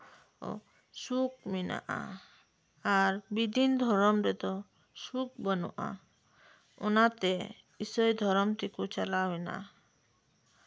ᱥᱩᱠ ᱢᱮᱱᱟᱜᱼᱟ ᱟᱨ ᱵᱮᱫᱤᱱ ᱫᱷᱚᱨᱚᱢ ᱨᱮᱫᱚ ᱥᱩᱠ ᱵᱟᱹᱱᱩᱜᱼᱟ ᱚᱱᱟᱛᱮ ᱤᱥᱟᱹᱭ ᱫᱷᱚᱨᱚᱢ ᱛᱮᱠᱚ ᱪᱟᱞᱟᱣ ᱮᱱᱟ